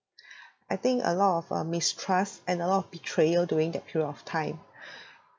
I think a lot of uh mistrust and a lot of betrayal during that period of time